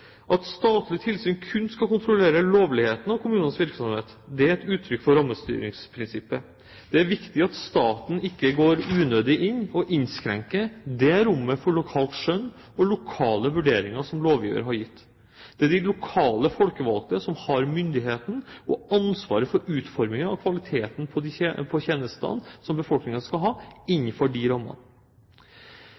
At statlig tilsyn kun skal kontrollere lovligheten av kommunenes virksomhet, er et uttrykk for rammestyringsprinsippet. Det er viktig at staten ikke går unødig inn og innskrenker det rommet for lokalt skjønn og lokale vurderinger som lovgiver har gitt. Det er de lokale folkevalgte som har myndigheten og ansvaret for utformingen av kvaliteten på de tjenestene som befolkningen skal ha,